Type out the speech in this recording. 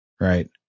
Right